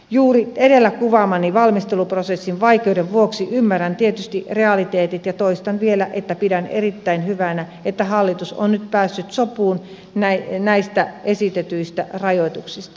juuri edellä kuvaamani valmisteluprosessin vaikeuden vuoksi ymmärrän tietysti realiteetit ja toistan vielä että pidän erittäin hyvänä että hallitus on nyt päässyt sopuun näistä esitetyistä rajoituksista